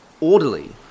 orderly